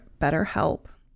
BetterHelp